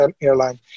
airline